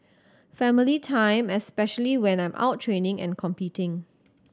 family time especially when I'm out training and competing